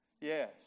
Yes